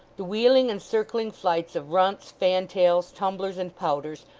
the wheeling and circling flights of runts, fantails, tumblers, and pouters,